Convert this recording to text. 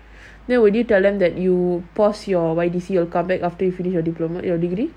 then would you tell them that you pass your Y_D_C or come back after you finish your diploma or degree